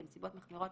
בנסיבות מחמירות,